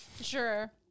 Sure